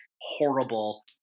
horrible